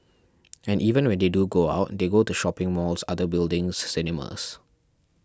and even when they do go out they go to shopping malls other buildings cinemas